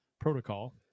protocol